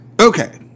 Okay